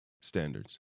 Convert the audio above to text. standards